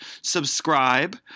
Subscribe